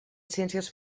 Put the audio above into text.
ciències